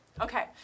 Okay